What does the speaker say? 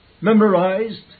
memorized